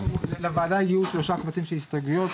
לוועדה יהיו שלושה קבצים של הסתייגויות,